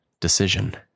decision